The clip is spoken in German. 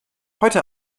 heute